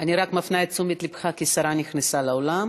אני רק מפנה את תשומת לבך כי שרה נכנסה לאולם.